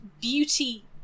beauty